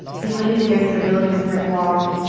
he leaned against the building's brick wall.